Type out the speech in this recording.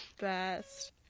best